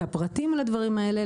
את הפרטים לדברים האלה,